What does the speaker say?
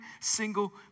single